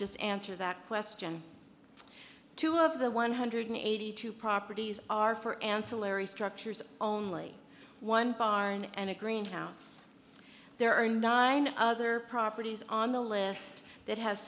just answer that question two of the one hundred eighty two properties are for ancillary structures only one barn and a green house there are nine other properties on the list that ha